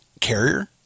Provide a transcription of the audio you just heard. carrier